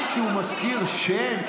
גם כשהוא הזכיר שם,